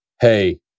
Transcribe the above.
hey